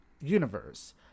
universe